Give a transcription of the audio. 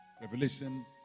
Revelation